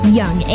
young